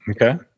Okay